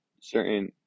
certain